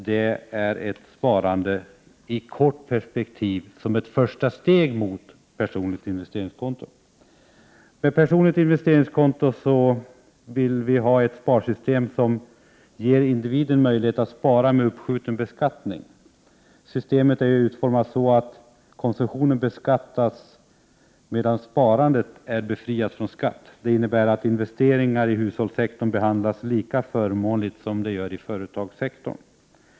Det är ett sparande i kort perspektiv som ett första steg mot personligt investeringskonto. Med personligt investeringskonto vill vi åstadkomma ett sparsystem som ger individen möjlighet att spara med uppskjuten beskattning. Systemet är utformat så, att konsumtionen beskattas, medan sparandet är befriat från skatt. Det innebär att investeringar i hushållssektorn behandlas lika förmånligt som investeringar i företagssektorn.